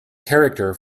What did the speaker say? character